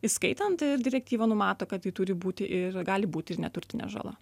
įskaitant ir direktyva numato kad tai turi būti ir gali būti ir neturtinė žala